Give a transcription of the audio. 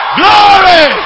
glory